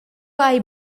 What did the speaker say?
hai